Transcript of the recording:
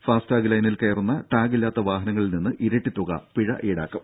FASTag ലൈനിൽ കയറുന്ന tag ഇല്ലാത്ത വാഹനങ്ങളിൽ നിന്ന് ഇരട്ടി തുക പിഴ ഈടാക്കും